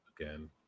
again